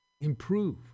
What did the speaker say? improve